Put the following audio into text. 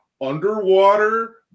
underwater